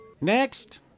Next